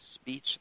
speech